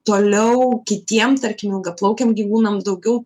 toliau kitiem tarkim ilgaplaukiam gyvūnam daugiau